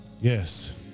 Yes